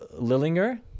Lillinger